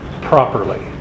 properly